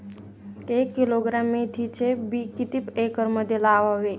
एक किलोग्रॅम मेथीचे बी किती एकरमध्ये लावावे?